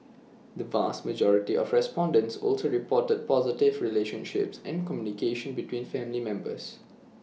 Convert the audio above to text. the vast majority of respondents also reported positive relationships and communication between family members